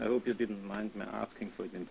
i hope you didn't mind me asking for i